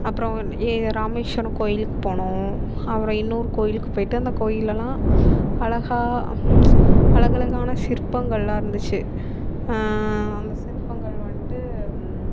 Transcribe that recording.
அப்புறம் எ ராமேஸ்வரம் கோயிலுக்கு போனோம் அப்புறம் இன்னொரு கோயிலுக்கு போய்விட்டு அந்த கோயிலெல்லலாம் அழகா அலகழகான சிற்பங்களெல்லாம் இருந்துச்சு அந்த சிற்பங்கள் வந்துட்டு